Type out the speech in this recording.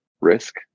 risk